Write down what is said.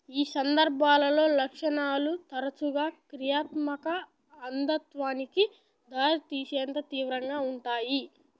ఈ సందర్భాలలో లక్షణాలు తరచుగా క్రియాత్మక అంధత్వానికి దారితీసేంత తీవ్రంగా ఉంటాయి